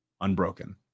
unbroken